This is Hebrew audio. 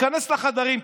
ותיכנס לחדרים,